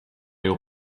your